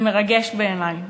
זה מרגש בעיני.